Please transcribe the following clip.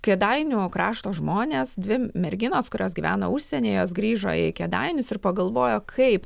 kėdainių krašto žmonės dvi merginos kurios gyvena užsieny jos grįžo į kėdainius ir pagalvojo kaip